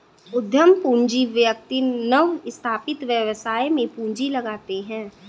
उद्यम पूंजी व्यक्ति नवस्थापित व्यवसाय में पूंजी लगाते हैं